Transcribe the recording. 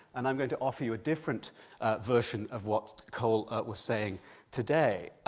and i'm going to offer you a different version of what cole was saying today.